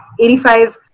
85